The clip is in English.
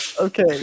Okay